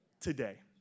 today